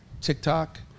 TikTok